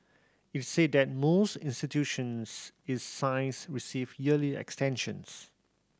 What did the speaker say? it said that most institutions its size receive yearly extensions